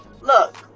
look